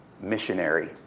missionary